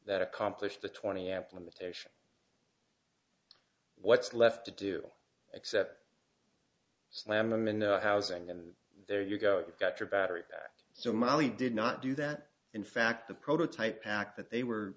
that accomplish the twenty amp limitation what's left to do except slam them and housing and there you go you've got your battery back so molly did not do that in fact the prototype pack that they were